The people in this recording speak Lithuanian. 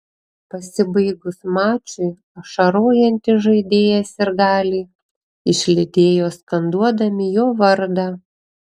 pasibaigus mačui ašarojantį žaidėją sirgaliai išlydėjo skanduodami jo vardą